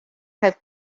have